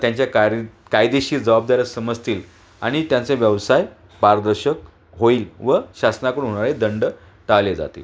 त्यांच्या कार कायदेशीर जबाबदाऱ्या समजतील आणि त्यांचा व्यवसाय पारदर्शक होईल व शासनाकडून होणारे दंड टाळले जातील